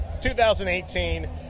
2018